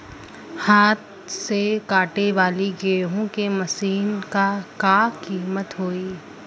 हाथ से कांटेवाली गेहूँ के मशीन क का कीमत होई?